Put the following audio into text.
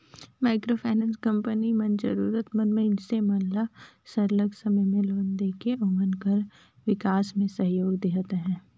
micro finance company मन जरूरत मंद मइनसे मन ल सरलग समे में लोन देके ओमन कर बिकास में सहयोग देहत अहे